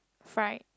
fry